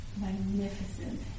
magnificent